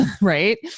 right